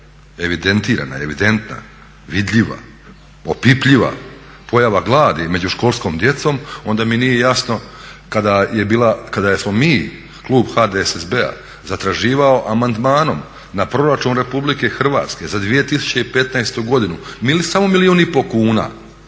evidentirana i evidentna, vidljiva, opipljiva pojava gladi među školskom djecom onda mi nije jasno kada je bila, kada smo mi klub HDSSB-a zatraživao amandmanom na proračun RH az 2015. godinu samo milijun i pol kuna